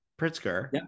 Pritzker